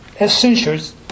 essentials